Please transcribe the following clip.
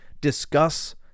discuss